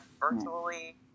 virtually